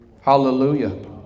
Hallelujah